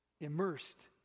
immersed